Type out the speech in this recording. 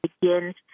begin